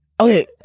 Okay